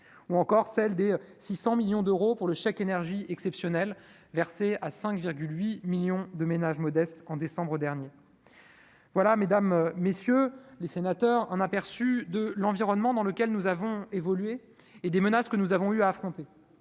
ou encore celle des 600 millions d'euros pour le chèque énergie exceptionnel versé à 5 8 millions de ménages modestes en décembre dernier. Voilà, mesdames, messieurs les sénateurs, un aperçu de l'environnement dans lequel nous avons évolué et des menaces que nous avons eu à affronter,